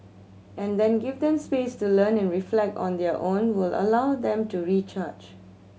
and then give them space to learn and reflect on their own will allow them to recharge